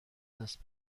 دست